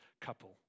couple